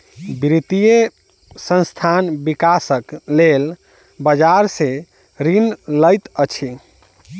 वित्तीय संस्थान, विकासक लेल बजार सॅ ऋण लैत अछि